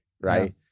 Right